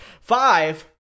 Five